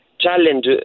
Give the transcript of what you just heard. challenge